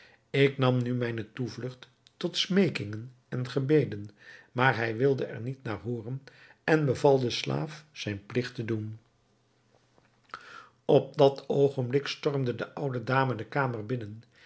ik nam nu mijne toevlugt tot smeekingen en gebeden maar hij wilde er niet naar hooren en beval den slaaf zijn pligt te doen op dat ogenblik stormde de oude dame de kamer binnen